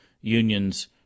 unions